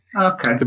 Okay